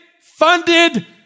funded